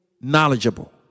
knowledgeable